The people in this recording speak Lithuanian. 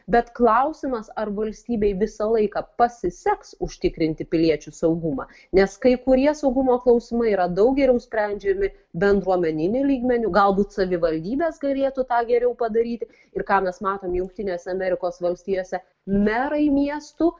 bet klausimas ar valstybei visą laiką pasiseks užtikrinti piliečių saugumą nes kai kurie saugumo klausimai yra daug geriau sprendžiami bendruomeniniu lygmeniu galbūt savivaldybės galėtų tą geriau padaryti ir ką mes matom jungtinėse amerikos valstijose merai miestų